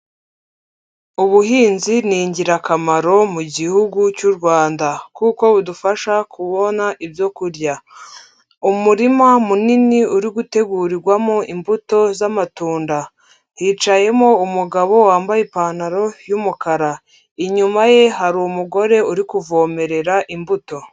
Ubuhinzi ni ingirakamaro mu gihugu cy'u Rwanda, kuko budufasha kubona ibyo kurya. Umurima munini uri gutegurirwamo imbuto z'amatunda. Hicayemo umugabo wambaye ipantaro y'umukara. inyuma ye hari umugore uri kuvomerera imbuto.